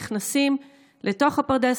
נכנסים לתוך הפרדס,